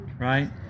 right